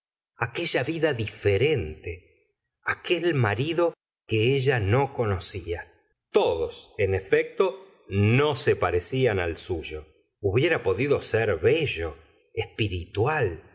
aquella vida diferente aquel marido que ella no conocía todos en efecto no se pareclan al suyo hubiera podido ser bello espiritual